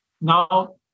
Now